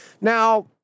Now